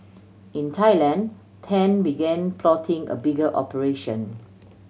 in Thailand Tan began plotting a bigger operation